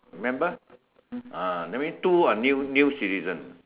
remember ah that mean two are new new citizen